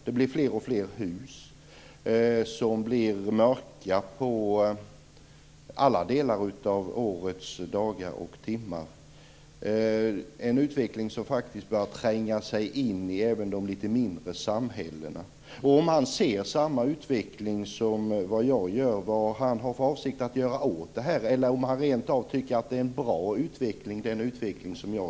Det blir fler och fler hus som är mörka på alla delar av årets dagar och timmar - en utveckling som faktiskt börjar tränga sig in i även de litet mindre samhällena. Om Juan Fonseca ser samma utveckling som jag, vad har han för avsikt att göra åt det, eller tycker han rent av att det är en bra utveckling?